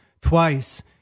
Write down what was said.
twice